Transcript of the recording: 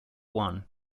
one